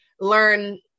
learn